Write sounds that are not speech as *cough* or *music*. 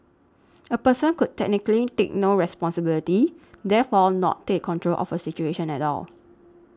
*noise* a person could technically take no responsibility therefore not take control of a situation at all